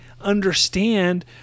understand